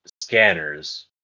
scanners